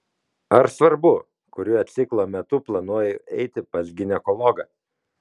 ar svarbu kuriuo ciklo metu planuoju eiti pas ginekologą